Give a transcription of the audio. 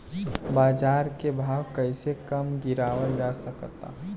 बाज़ार के भाव कैसे कम गीरावल जा सकता?